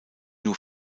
nur